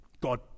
God